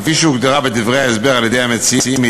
כפי שהוגדרה בדברי ההסבר על-ידי המציעים,